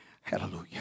Hallelujah